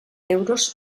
euros